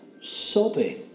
sobbing